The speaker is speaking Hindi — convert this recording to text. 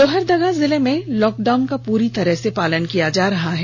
लोहरदगा जिले में लॉकडाउन का पूरी तरह से पालन किया जा रहा है